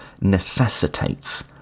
necessitates